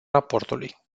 raportului